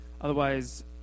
Otherwise